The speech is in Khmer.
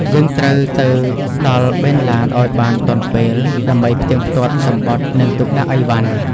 យើងត្រូវទៅដល់បេនឡានឱ្យបានទាន់ពេល ដើម្បីផ្ទៀងផ្ទាត់សំបុត្រ និងទុកដាក់អីវ៉ាន់។